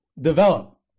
develop